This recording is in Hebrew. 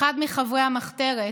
אחד מחברי המחתרת,